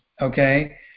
okay